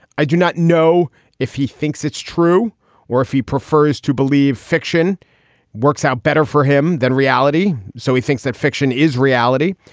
i do not know if he thinks it's true or if he prefers to believe fiction works out better for him than reality. so he thinks that fiction fiction is reality.